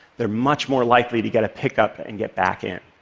they're much more likely to get a pickup and get back in.